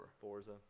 Forza